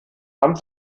amt